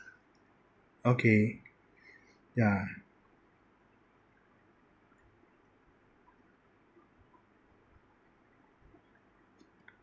okay ya